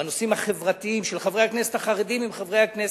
בנושאים החברתיים,